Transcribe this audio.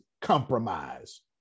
compromise